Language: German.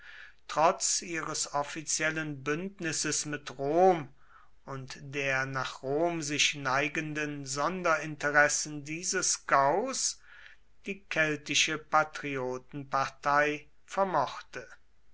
trotz ihres offiziellen bündnisses mit rom und der nach rom sich neigenden sonderinteressen dieses gaus die keltische patriotenpartei vermochte